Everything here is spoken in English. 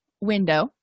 window